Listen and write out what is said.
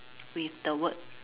with the word